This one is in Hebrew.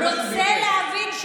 רוצה להבין?